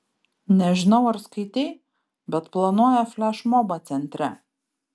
nežinau ar skaitei bet planuoja flešmobą centre